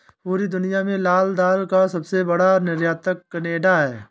पूरी दुनिया में लाल दाल का सबसे बड़ा निर्यातक केनेडा है